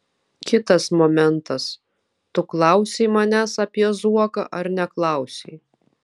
kitas momentas tu klausei manęs apie zuoką ar neklausei